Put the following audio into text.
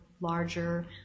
larger